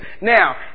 Now